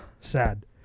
Sad